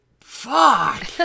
Fuck